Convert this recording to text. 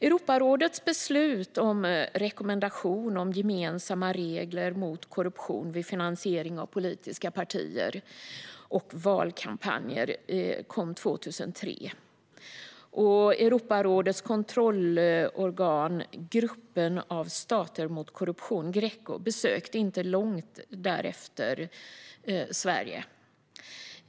Europarådets beslut om rekommendation om gemensamma regler mot korruption vid finansiering av politiska partier och valkampanjer kom 2003. Europarådets kontrollorgan Gruppen av stater mot korruption, Greco, besökte inte långt därefter Sverige.